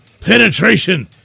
Penetration